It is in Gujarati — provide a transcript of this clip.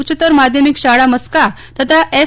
ઉચ્ચતર માધ્યમિક શાળા મસ્કા તથા એસ